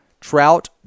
Trout